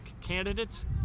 candidates